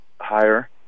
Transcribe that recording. higher